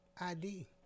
ID